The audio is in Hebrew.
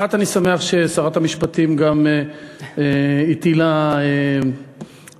1. אני שמח ששרת המשפטים גם הטילה וטו,